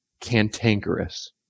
cantankerous